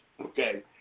Okay